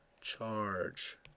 charge